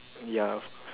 ya of course